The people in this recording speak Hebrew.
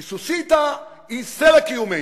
כי סוסיתא היא סלע קיומנו.